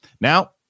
Now